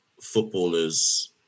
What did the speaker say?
footballers